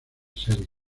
series